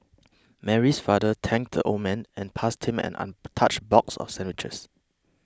Mary's father thanked the old man and passed him an untouched box of sandwiches